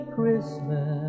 Christmas